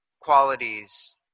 qualities